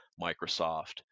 Microsoft